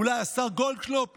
אולי השר גולדקנופ?